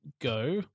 go